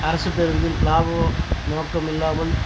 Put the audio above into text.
அரசுப் பேருந்தில் லாபம் நோக்கம் இல்லாமல்